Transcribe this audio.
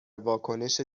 واکنش